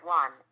one